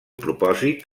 propòsit